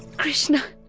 krishna!